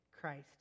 Christ